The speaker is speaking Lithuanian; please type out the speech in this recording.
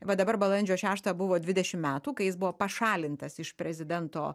va dabar balandžio šeštą buvo dvidešim metų kai jis buvo pašalintas iš prezidento